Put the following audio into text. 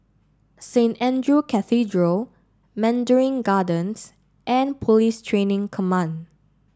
Saint Andrew Cathedral Mandarin Gardens and Police Training Command